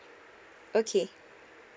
okay